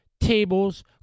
tables